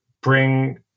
bring